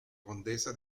condesa